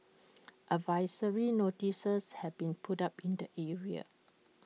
advisory notices have been put up in the area